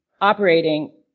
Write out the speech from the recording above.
operating